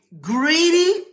greedy